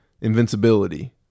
invincibility